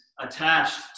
attached